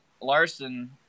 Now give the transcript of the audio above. Larson –